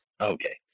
Okay